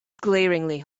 glaringly